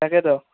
তাকেতো